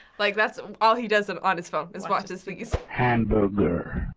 like that's all he does um on his phone is watches these. hamburger.